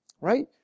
Right